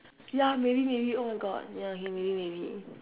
ya maybe maybe oh my god ya okay maybe maybe